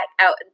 out